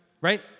Right